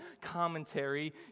commentary